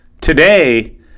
today